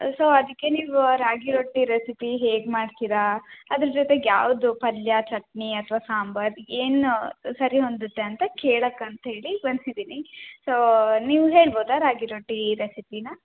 so ಅದಕ್ಕೆ ನೀವು ರಾಗಿರೊಟ್ಟಿ ರೆಸಿಪಿ ಹೇಗೆ ಮಾಡ್ತೀರ ಅದ್ರ್ ಜೊತೆಗೆ ಯಾವುದು ಪಲ್ಯ ಚಟ್ನಿ ಅಥ್ವಾ ಸಾಂಬಾರು ಏನು ಸರಿ ಹೊಂದುತ್ತೆ ಅಂತ ಕೇಳಕ್ಕೆ ಅಂತ ಹೇಳಿ ಬಂದಿದೀನಿ ಸೋ ನೀವು ಹೇಳ್ಬೋದಾ ರಾಗಿರೊಟ್ಟಿ ರೆಸಿಪಿನ